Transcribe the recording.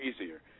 easier